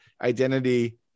identity